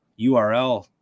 URL